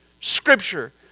Scripture